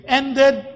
ended